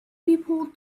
people